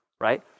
right